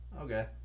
Okay